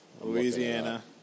Louisiana